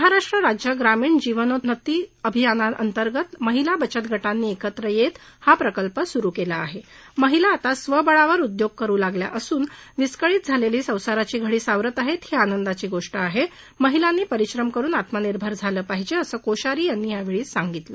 महाराष्ट्र राज्य ग्रामीण जीवनोन्नती अभियानांतर्गत महिला बचत गटांनी एकत्र यक्तीहा प्रकल्प सुरु क्वि आह महिला आता स्वबळावर उद्योग करु लागल्या असून विस्कळीत झालसी संसाराची घडी सावरत आहती ही आनंदाची गोष्ट आहा विहिलांनी परिश्रम करुन आत्मनिर्भर झालं पाहिजा असं कोश्यारी यांनी यावळी सांगितलं